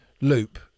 loop